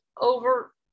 over